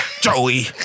Joey